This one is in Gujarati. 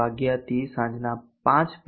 વાગ્યાથી સાંજના 5 p